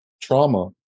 trauma